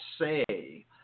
say